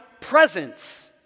presence